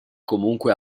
comunque